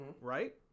right